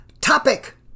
Topic